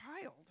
child